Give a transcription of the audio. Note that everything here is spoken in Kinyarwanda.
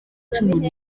cumi